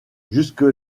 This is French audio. jusque